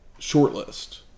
shortlist